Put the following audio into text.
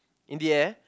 in the air